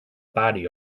body